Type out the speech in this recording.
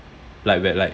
like like like